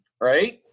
right